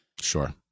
Sure